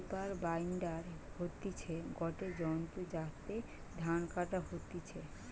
reaper binder হতিছে গটে যন্ত্র যাতে ধান কাটা হতিছে